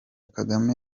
kagame